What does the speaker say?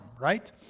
right